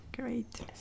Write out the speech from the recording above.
Great